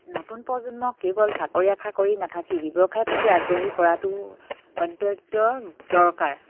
নতুন প্ৰজন্ম কেৱল চাকৰি আশা কৰি নাথাকি ব্যৱসায়ৰ প্ৰতি আগ্ৰহী কৰাটো অত্যন্ত দৰকাৰ